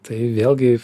tai vėlgi